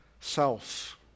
self